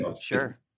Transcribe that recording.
sure